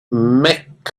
melchizedek